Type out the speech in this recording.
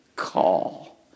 call